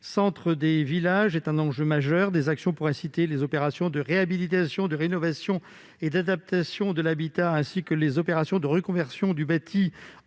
centres des villages est un enjeu majeur. Des actions pour inciter les opérations de réhabilitation, de rénovation et d'adaptation de l'habitat, ainsi que les opérations de reconversion du bâti